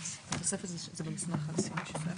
לכולם יש את זה?